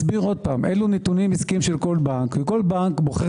אלה נתונים עסקיים של כל בנק וכל בנק בוחר